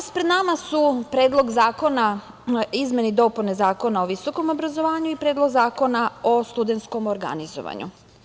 Danas pred nama su Predlog zakona izmene i dopune Zakona o visokom obrazovanju i Predlog zakona o studentskom organizovanju.